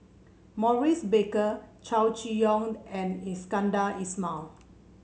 Maurice Baker Chow Chee Yong and Iskandar Ismail